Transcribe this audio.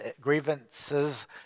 grievances